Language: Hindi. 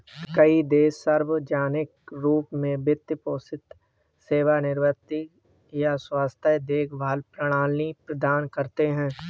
कई देश सार्वजनिक रूप से वित्त पोषित सेवानिवृत्ति या स्वास्थ्य देखभाल प्रणाली प्रदान करते है